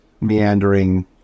meandering